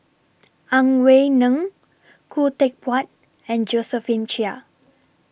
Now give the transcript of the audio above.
Ang Wei Neng Khoo Teck Puat and Josephine Chia